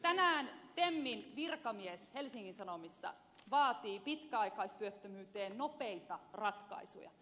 tänään temmin virkamies helsingin sanomissa vaatii pitkäaikaistyöttömyyteen nopeita ratkaisuja